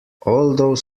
although